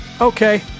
okay